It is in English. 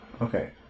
Okay